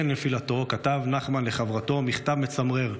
לפני נפילתו כתב נחמן לחברתו מכתב מצמרר,